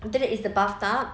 after that is the bathtub